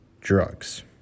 drugs